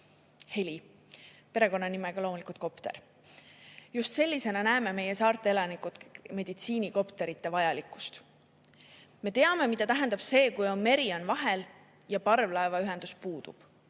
Heli, perekonnanimega Kopter. Just sellisena näeme meie, saarte elanikud meditsiinikopterite vajalikkust. Me teame, mida tähendab see, kui meri on vahel ja parvlaeva ühendus puudub